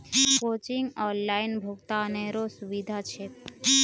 कोचिंगत ऑनलाइन भुक्तानेरो सुविधा छेक